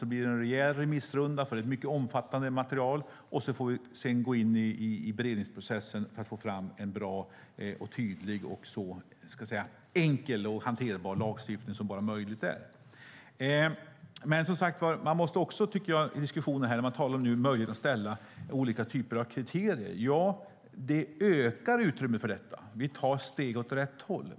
Sedan blir det en rejäl remissrunda, för det är ett mycket omfattande material, och så får vi sedan gå in i beredningsprocessen för att få fram en bra, tydlig och så enkel och hanterbar lagstiftning som bara möjligt är. Man måste också komma ihåg i diskussionen om möjligheten att ställa upp olika typer av kriterier att det ökar utrymmet för detta. Vi tar steg åt rätt håll.